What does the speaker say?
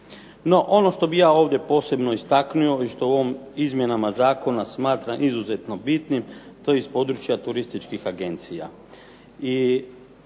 ono što bih ja ovdje posebno istaknuo i što u ovim izmjenama zakona smatram izuzetno bitnim, to je iz područja turističkih agencija.